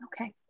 Okay